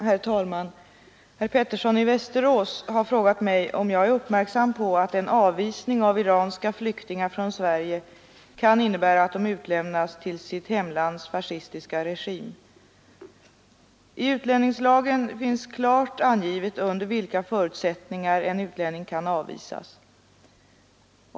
Herr talman! Herr Pettersson i Västerås har frågat mig om jag är uppmärksam på att en avvisning av iranska flyktingar från Sverige kan innebära att de utlämnas till sitt hemlands fascistiska regim. I utlänningslagen finns klart angivet under vilka förutsättningar en utlänning kan avvisas.